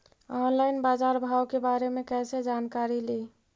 Online बाजार भाव के बारे मे कैसे जानकारी ली?